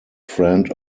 friend